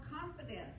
confidence